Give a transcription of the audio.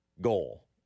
goal